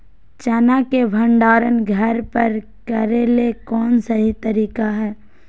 चना के भंडारण घर पर करेले कौन सही तरीका है?